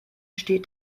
steht